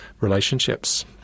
Relationships